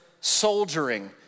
soldiering